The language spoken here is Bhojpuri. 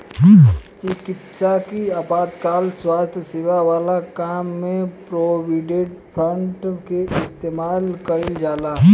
चिकित्सकीय आपातकाल स्वास्थ्य सेवा वाला काम में प्रोविडेंट फंड के इस्तेमाल कईल जाला